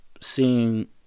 seeing